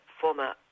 former